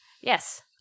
Yes